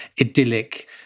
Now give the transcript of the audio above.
idyllic